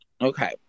Okay